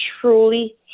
truly